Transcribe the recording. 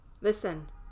listen